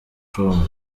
com